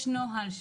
יש נוהל,